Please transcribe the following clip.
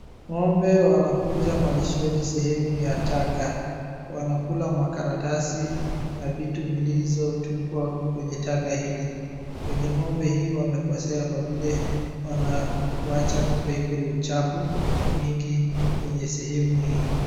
Ng'ombe wanakuja malishoni sehemu ya taka. Wanakula makaratasi na vitu vilizotupwa kwenye taka hili. Wenye ng'ombe hii wamekosea kwa vile wanawacha ng'ombe ikule uchafu mingi kwenye sehemu hii.